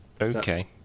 okay